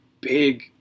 big